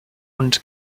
und